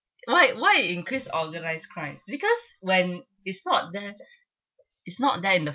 why why it increase organised crimes because when it's not they it's not them in the